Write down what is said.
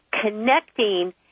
connecting